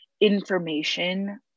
information